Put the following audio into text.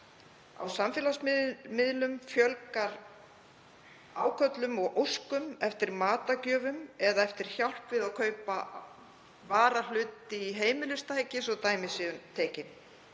Á samfélagsmiðlum fjölgar áköllum og óskum eftir matargjöfum eða eftir hjálp við að kaupa varahluti í heimilistæki, svo dæmi séu tekin.